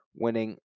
winning